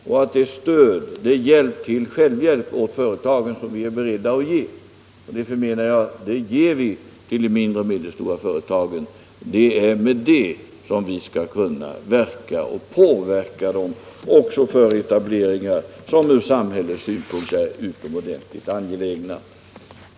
Det är med det stöd, den hjälp till självhjälp, som vi är beredda att ge — och som jag förmenar att vi ger till de mindre och medelstora företagen — som vi skall kunna påverka dem också till etableringar som från samhällets synpunkt är utomordentligt angelägna.